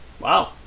Wow